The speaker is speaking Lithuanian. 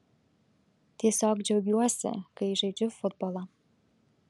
tiesiog džiaugiuosi kai žaidžiu futbolą